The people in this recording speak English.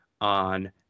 on